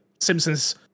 Simpsons